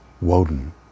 Woden